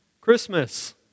Christmas